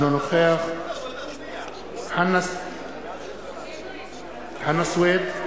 אינו נוכח חנא סוייד,